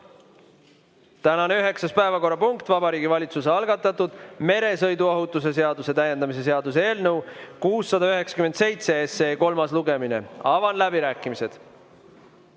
Tänane üheksas päevakorrapunkt on Vabariigi Valitsuse algatatud meresõiduohutuse seaduse täiendamise seaduse eelnõu 697 kolmas lugemine. Avan läbirääkimised.